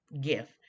Gift